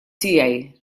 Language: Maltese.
tiegħi